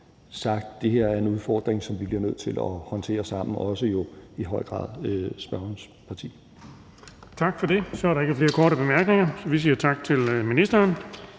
der her er en udfordring, som vi bliver nødt til at håndtere sammen. Kl. 13:58 Den fg. formand (Erling Bonnesen): Tak for det. Der er ikke flere korte bemærkninger, så vi siger tak til ministeren.